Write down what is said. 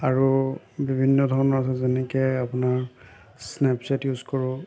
আৰু বিভিন্ন ধৰণৰ আছে যেনেকৈ আপোনাৰ স্নেপচেট ইউজ কৰোঁ